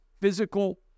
physical